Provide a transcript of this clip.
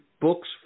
books